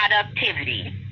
productivity